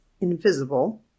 invisible